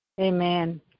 Amen